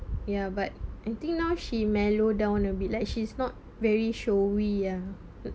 ya but I think now she mellow down a bit like she's not very showy ya